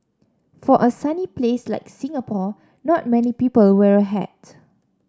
for a sunny place like Singapore not many people wear a hat